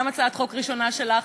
גם הצעת חוק ראשונה שלך,